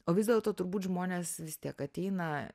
o vis dėlto turbūt žmonės vis tiek ateina